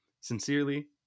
sincerely